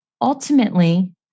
Ultimately